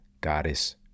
goddess